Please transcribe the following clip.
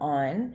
on